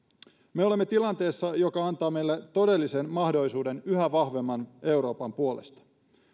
me olemme tilanteessa joka antaa meille todellisen mahdollisuuden yhä vahvemman euroopan puolesta